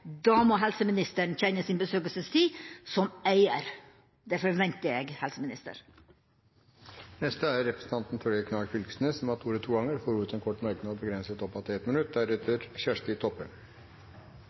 Da må helseministeren kjenne sin besøkelsestid som eier. Det forventer jeg av en helseminister. Representanten Torgeir Knag Fylkesnes har hatt ordet to ganger tidligere og får ordet til en kort merknad, begrenset til 1 minutt.